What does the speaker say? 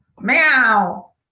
meow